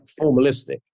formalistic